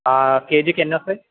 కేజీకి ఎన్ని వస్తాయి